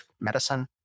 medicine